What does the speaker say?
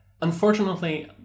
unfortunately